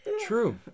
True